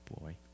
boy